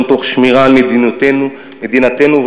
תוך שמירה על מדינתנו וריבונותנו.